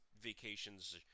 vacations